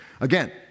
Again